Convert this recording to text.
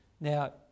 Now